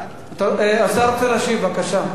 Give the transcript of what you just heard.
השר רוצה להשיב, בבקשה.